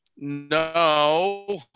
No